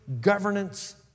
governance